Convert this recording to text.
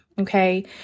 Okay